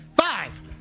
Five